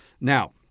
Now